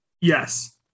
Yes